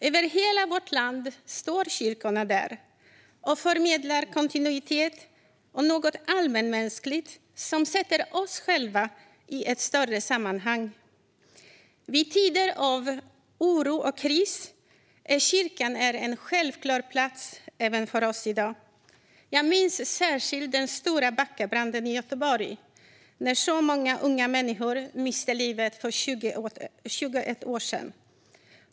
Över hela vårt land står kyrkorna där och förmedlar kontinuitet och något allmänmänskligt som sätter oss själva i ett större sammanhang. I tider av oro och kris är kyrkan en självklar mötesplats för oss även i dag. Jag minns särskilt den stora Backabranden i Göteborg när så många unga människor miste livet för 21 år sedan.